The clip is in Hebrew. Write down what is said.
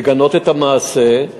לגנות את המעשה.